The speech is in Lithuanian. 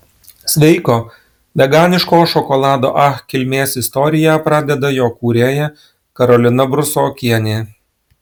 sveiko veganiško šokolado ach kilmės istoriją pradeda jo kūrėja karolina brusokienė